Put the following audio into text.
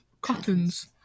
cottons